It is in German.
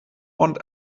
und